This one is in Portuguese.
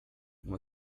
uma